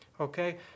okay